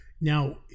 Now